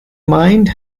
mind